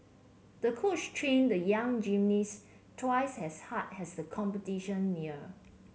the coach trained the young gymnast twice as hard as the competition neared